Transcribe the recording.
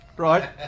right